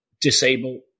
disable